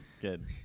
good